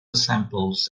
samples